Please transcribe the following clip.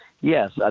Yes